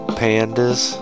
pandas